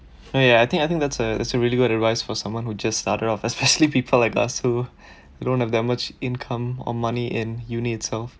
ya I think I think that's a it's a really good advice for someone who just started off especially people like us who who don't have that much income or money in uni itself